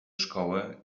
szkoły